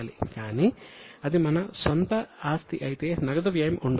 కాని అది మన స్వంత ఆస్తి అయితే నగదు వ్యయం ఉండదు